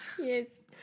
Yes